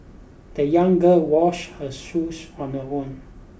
the young girl washed her shoes on her own